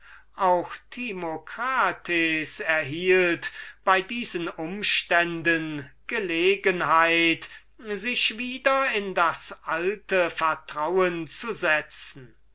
gefälligkeit timocrat fand bei diesen umständen gelegenheit sich gleichfalls wieder in das alte vertrauen zu setzen